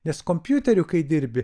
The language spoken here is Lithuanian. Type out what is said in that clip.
nes kompiuteriu kai dirbi